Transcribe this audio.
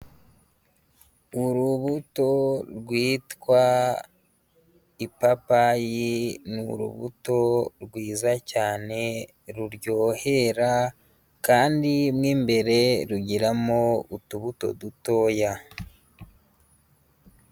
Uru rubuto rwitwa ipapayi, ni urubuto rwiza cyane ruryohera kandi mo imbere rugiramo utubuto dutoya.